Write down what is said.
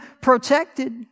protected